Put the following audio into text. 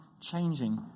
changing